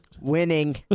Winning